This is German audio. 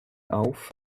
auf